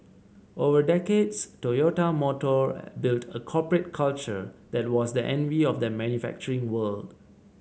over decades Toyota Motor built a corporate culture that was the envy of the manufacturing world